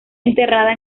enterrada